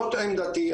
זאת עמדתי.